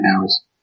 hours